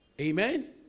Amen